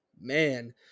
man